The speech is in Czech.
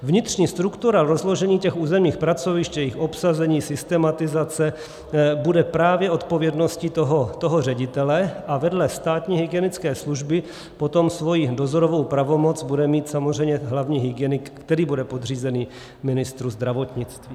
Vnitřní struktura rozložení těch územních pracovišť, jejich obsazení, systematizace bude právě odpovědností toho ředitele, a vedle státní hygienické služby potom svoji dozorovou pravomoc bude mít samozřejmě hlavní hygienik, který bude podřízený ministru zdravotnictví.